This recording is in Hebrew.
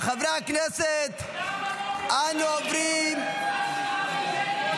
למה את לא מדברת בגרמנית?